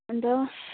अनि त